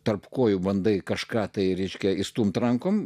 tarp kojų bandai kažką tai reiškia išstumti rankom